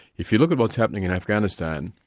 if you look at what's happening in afghanistan,